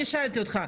אני שאלתי אותך,